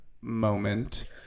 moment